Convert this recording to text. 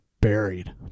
buried